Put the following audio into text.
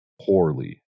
poorly